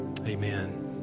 Amen